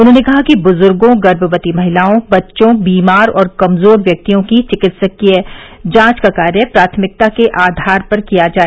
उन्होंने कहा कि बुज्गों गर्भवती महिलाओं बच्चों बीमार और कमजोर व्यक्तियों की चिकित्सीय जांच का कार्य प्राथमिकता के आधार पर किया जाए